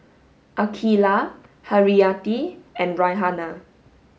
Aqeelah Haryati and Raihana